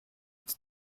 its